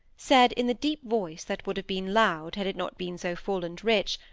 said, in the deep voice that would have been loud had it not been so full and rich,